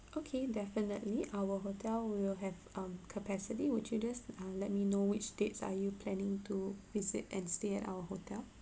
okay definitely our hotel will have um capacity would you just uh let me know which dates are you planning to visit and stay at our hotel